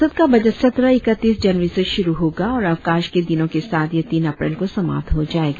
संसद का बजट सत्र इकतीस जनवरी से शुरु होगा और अवकाश के दिनों के साथ यह तीन अप्रैल को समाप्त हो जाएगा